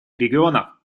регионов